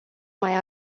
mai